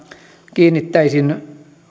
kiinnittäisin